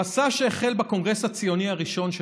המסע שהחל בקונגרס הציוני הראשון של